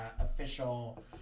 official